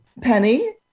Penny